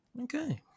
Okay